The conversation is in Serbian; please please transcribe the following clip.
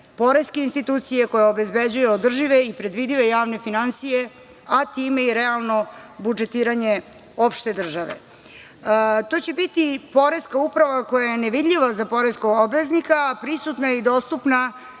poreske institucije koja obezbeđuje održive i predvidive javne finansije, a time i realno budžetiranje opšte države. To će biti poreska uprava koja je nevidljiva za poreskog obveznika, a prisutna je i dostupna